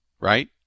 right